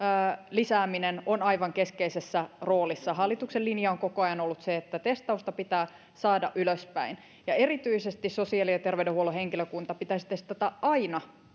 lisääminen on aivan keskeisessä roolissa hallituksen linja on koko ajan ollut se että testausta pitää saada ylöspäin ja erityisesti sosiaali ja terveydenhuollon henkilökunta pitäisi testata aina